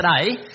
today